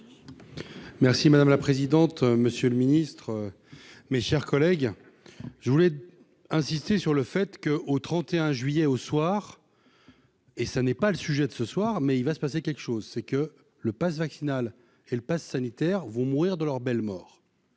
Merci madame la présidente, monsieur le ministre, mes chers collègues, je voulais insister sur le fait que, au 31 juillet au soir et ça n'est pas le sujet de ce soir, mais il va se passer quelque chose, c'est que le Pass vaccinal et le Pass sanitaire vont mourir de leur belle mort